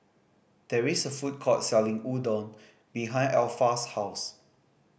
there is a food court selling Udon behind Alpha's house